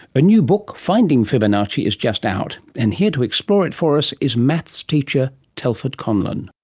a new book finding fibonacci is just out, and here to explore it for us is maths teacher telford conlon.